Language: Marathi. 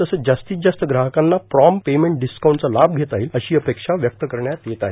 तसंच जास्तीत जास्त ग्राहकांना प्रॉम्प्ट पेंमेंट डिस्काऊंटचा लाम षेता येईल अश्री अपेक्षा व्यक्त करण्यात येत आहे